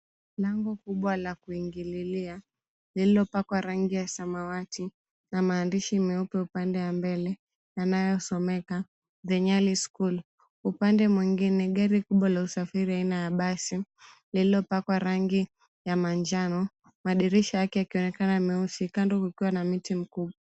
Lango kubwa la kuingililia lililopakwa rangi ya samawati na maandishi meupe upande wa mbele yanayosomeka, The Nyali School. Upande mwingine, gari kubwa la usafiri aina ya basi lililopakwa rangi ya manjano madirisha yake yakionekana meusi kando kukiwa na mti mku.